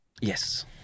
yes